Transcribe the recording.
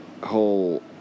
Whole